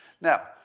Now